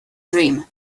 dream